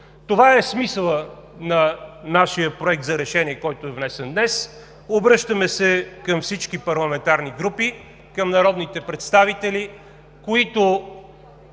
Това е смисълът на нашия Проект на решение, който е внесен днес. Обръщаме се към всички парламентарни групи, към народните представители, които